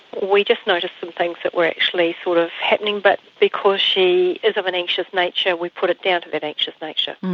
we just noticed some things that were actually sort of happening, but because she is of an anxious nature we put it down to that anxious nature.